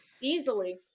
easily